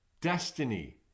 destiny